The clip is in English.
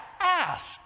ask